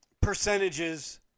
percentages